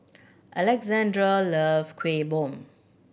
Alexandr loves Kuih Bom